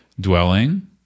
dwelling